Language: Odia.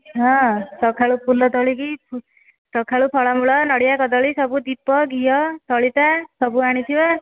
ହଁ ସକାଳୁ ଫୁଲ ତୋଳିକି ସକାଳୁ ଫଳମୂଳ ନଡ଼ିଆ କଦଳୀ ସବୁ ଦୀପ ଘିଅ ସଳିତା ସବୁ ଆଣିଥିବା